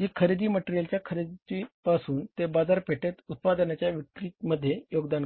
जी खरेदी मटेरियलच्या खरेदीपासून ते बाजारपेठेत उत्पादनाच्या विक्रीमध्ये योगदान करते